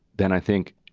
then i think,